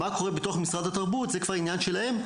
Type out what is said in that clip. מה קורה בתוך משרד התרבות זה כבר עניין שלהם.